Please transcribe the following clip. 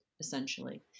essentially